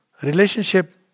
relationship